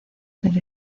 del